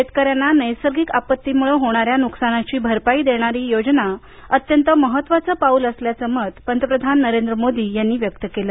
शेतकऱ्यांना नैसर्गिक आपत्तीमुळे होणाऱ्या नुकसानाची भरपाई देणारी ही योजना अत्यंत महत्त्वाचे पाऊल असल्याचं मत पंतप्रधान नरेंद्र मोदी यांनी व्यक्त केलं